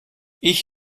ich